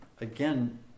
again